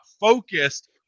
focused